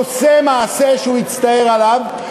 עושה מעשה שהוא יצטער עליו.